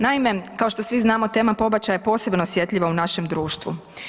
Naime, kao što svi znamo tema pobačaja je posebno osjetljiva u našem društvu.